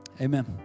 amen